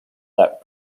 that